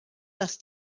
las